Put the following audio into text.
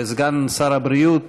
סגן שר הבריאות,